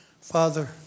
Father